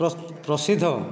ପ୍ର ପ୍ରସିଦ୍ଧ